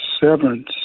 severance